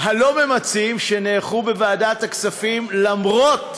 הלא-ממצים שנערכו בוועדת הכספים, למרות,